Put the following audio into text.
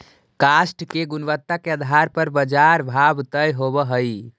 काष्ठ के गुणवत्ता के आधार पर बाजार भाव तय होवऽ हई